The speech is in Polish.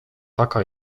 taka